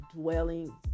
dwelling